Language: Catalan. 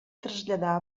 traslladar